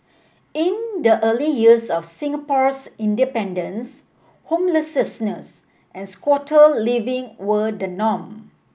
in the early years of Singapore's independence homelessness and squatter living were the norm